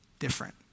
different